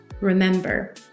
Remember